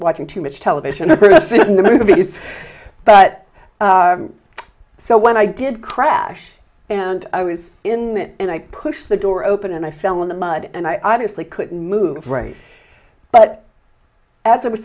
watching too much television in the movies but so when i did crash and i was in that and i pushed the door open and i fell in the mud and i honestly couldn't move right but as i was